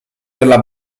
della